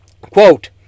quote